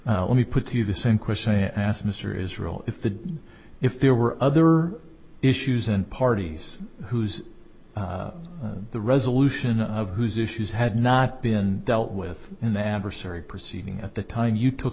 a let me put to you the same question i asked mr israel if the if there were other issues and parties whose the resolution of whose issues had not been dealt with in the adversary proceeding at the time you took